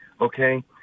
Okay